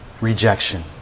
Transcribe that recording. rejection